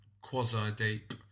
Quasi-deep